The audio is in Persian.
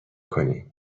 کنم